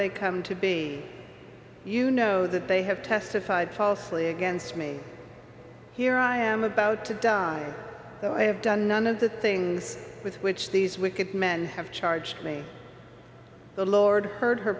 they come to be you know that they have testified falsely against me here i am about to die though i have done none of the things with which these wicked men have charged me the lord heard her